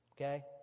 Okay